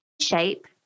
shape